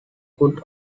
could